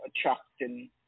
attracting